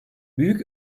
büyük